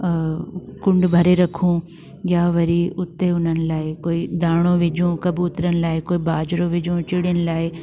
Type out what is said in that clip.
कुंड भरे रखूं या वरी उते उन्हनि लाइ कोई दाणो विझूं कबूतरनि लाइ कोई बाजरो विझूं चिड़ीनि लाइ